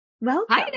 welcome